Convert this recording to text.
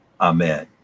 Amen